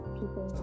people